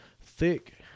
thick